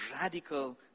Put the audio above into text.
radical